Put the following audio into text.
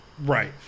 Right